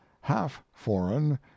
half-foreign